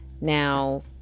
Now